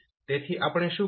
તેથી આપણે શું કહી શકીએ